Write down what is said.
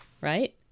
right